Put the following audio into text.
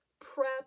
prep